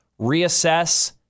reassess